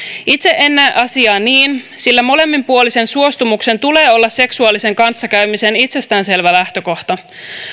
itse en näe asiaa niin sillä molemminpuolisen suostumuksen tulee olla seksuaalisen kanssakäymisen itsestäänselvä lähtökohta